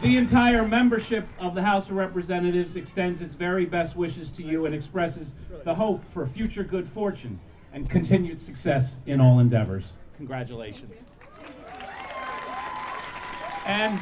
the entire membership of the house of representatives extends its very best wishes to you and expresses the hope for a future good fortune and continued success in all endeavors congratulations